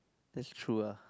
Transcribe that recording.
that's true ah